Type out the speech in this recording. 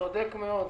צודק מאוד.